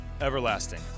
Everlasting